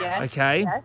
Okay